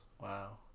Wow